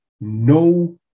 no